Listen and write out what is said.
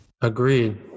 Agreed